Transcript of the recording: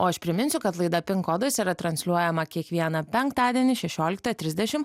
o aš priminsiu kad laida pinkodas yra transliuojama kiekvieną penktadienį šešioliktą trisdešim